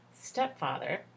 stepfather